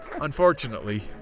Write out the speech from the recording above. Unfortunately